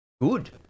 good